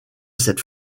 cette